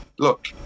Look